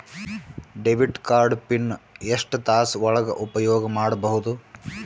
Debit card PIN ಎಷ್ಟ ತಾಸ ಒಳಗ ಉಪಯೋಗ ಮಾಡ್ಬಹುದು?